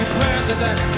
president